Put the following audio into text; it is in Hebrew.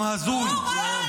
רעל?